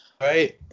right